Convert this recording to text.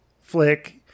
flick